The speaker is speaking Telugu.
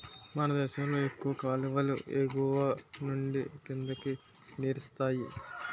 మనదేశంలో ఎక్కువ కాలువలు ఎగువనుండి కిందకి నీరిస్తాయి